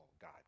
God